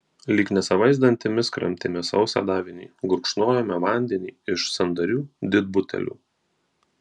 lyg nesavais dantimis kramtėme sausą davinį gurkšnojome vandenį iš sandarių didbutelių